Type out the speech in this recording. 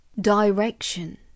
direction